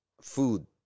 food